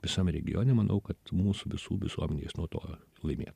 visam regione manau kad mūsų visų visuomenės nuo to laimėtų